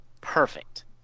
Perfect